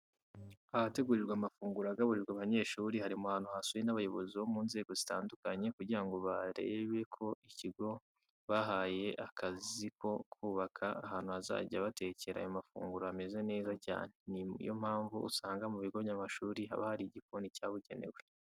Ahategurirwa amafunguro agaburirwa abanyeshuri hari mu hantu hasuwe n'abayobozi bo mu nzego zitandukanye kugira ngo barebe ko ikigo bahaye akazi ko kubaka ahantu bazajya batekera aya mafunguro hameze neza cyane. Ni yo mpamvu usanga mu bigo by'amashuri haba hari igikoni cyabugenewe.